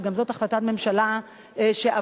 וגם זאת החלטת ממשלה שעברה,